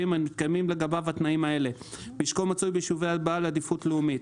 שמתקיימים לגביו התנאים האלה: משקו מצוי ביישוב בעל עדיפות לאומית,